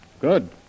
Good